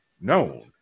known